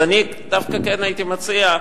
אז אני דווקא כן הייתי מציע,